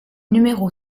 numéro